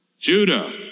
Judah